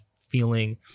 feeling